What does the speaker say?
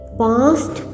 past